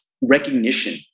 recognition